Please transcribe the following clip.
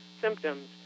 symptoms